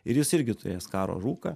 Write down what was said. ir jis irgi turės karo rūką